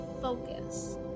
focus